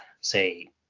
say